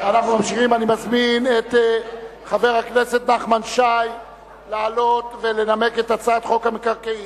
אני מזמין את חבר הכנסת נחמן שי לעלות ולנמק את הצעת חוק המקרקעין.